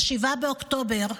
ב-7 באוקטובר,